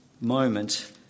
moment